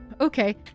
okay